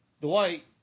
Dwight